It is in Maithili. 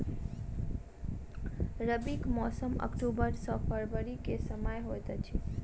रबीक मौसम अक्टूबर सँ फरबरी क समय होइत अछि